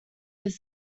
his